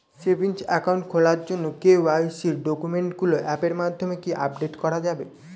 Savings account খোলার জন্য KYC ডকুমেন্টগুলো অ্যাপের মাধ্যমে কি আপডেট করা যাবে?